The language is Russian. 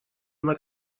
она